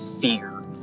fear